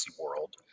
world